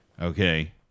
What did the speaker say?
okay